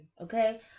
okay